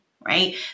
right